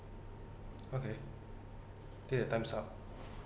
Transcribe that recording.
okay kay uh time's up